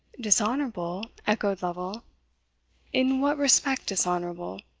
dishonourable! echoed lovel in what respect dishonourable?